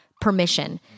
permission